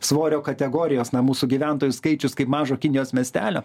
svorio kategorijos na mūsų gyventojų skaičius kaip mažo kinijos miestelio